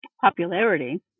popularity